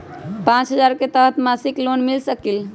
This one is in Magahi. पाँच हजार के तहत मासिक लोन मिल सकील?